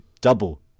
double